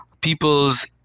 people's